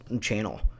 channel